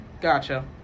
Gotcha